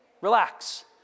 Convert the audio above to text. relax